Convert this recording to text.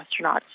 astronauts